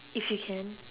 if you can